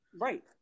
Right